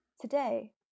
Today